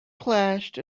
clashed